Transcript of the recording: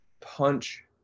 punch